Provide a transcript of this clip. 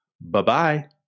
Bye-bye